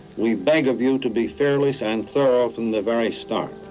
we beg of you to be fearless and thorough from the very start.